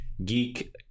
Geek